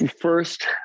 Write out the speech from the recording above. first